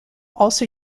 also